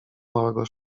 małego